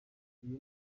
iyo